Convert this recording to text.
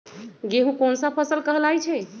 गेहूँ कोन सा फसल कहलाई छई?